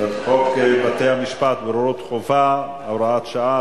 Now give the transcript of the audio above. חוק בתי-המשפט (בוררות חובה) (הוראת שעה),